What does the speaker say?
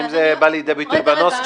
האם זה בא לידי ביטוי בנוסח?